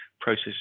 process